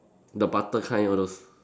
the butter kind all those